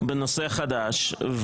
על נושא חדש אתה לא יכול.